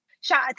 shout